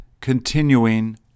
continuing